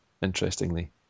interestingly